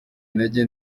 intege